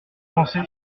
pensez